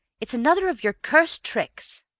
it's another of your cursed tricks!